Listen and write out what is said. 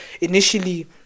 initially